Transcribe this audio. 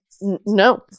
no